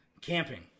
Camping